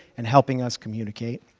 and helping us communicate.